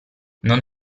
non